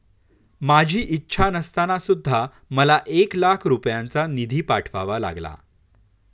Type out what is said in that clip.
माझी इच्छा नसताना सुद्धा मला एक लाख रुपयांचा निधी पाठवावा लागला